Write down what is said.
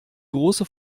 große